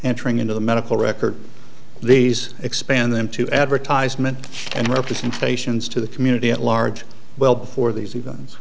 entering into the medical record these expand them to advertisement and representations to the community at large well before these